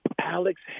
Alex